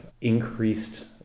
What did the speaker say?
increased